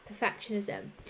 perfectionism